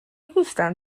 gustan